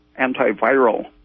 antiviral